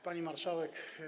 Pani Marszałek!